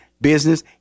business